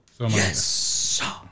Yes